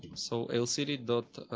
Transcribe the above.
so lcd